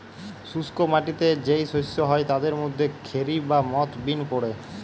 শুষ্ক মাটিতে যেই শস্য হয় তাদের মধ্যে খেরি বা মথ বিন পড়ে